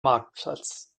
marktplatz